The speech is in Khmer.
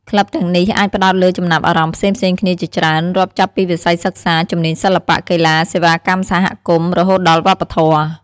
ក្លឹបទាំងនេះអាចផ្តោតលើចំណាប់អារម្មណ៍ផ្សេងៗគ្នាជាច្រើន រាប់ចាប់ពីវិស័យសិក្សា ជំនាញសិល្បៈ កីឡា សេវាកម្មសហគមន៍ រហូតដល់វប្បធម៌។